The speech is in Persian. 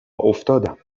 افتادم